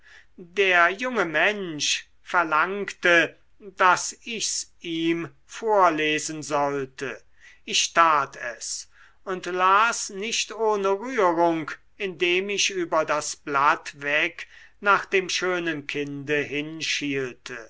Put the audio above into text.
der junge mensch verlangte daß ich's ihm vorlesen sollte ich tat es und las nicht ohne rührung indem ich über das blatt weg nach dem schönen kinde hinschielte